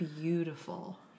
beautiful